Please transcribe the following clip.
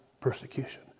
persecution